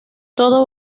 todo